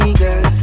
girl